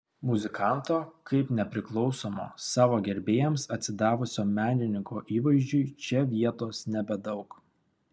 muzikanto kaip nepriklausomo savo gerbėjams atsidavusio menininko įvaizdžiui čia vietos nebedaug